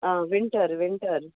ah winter winter